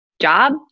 job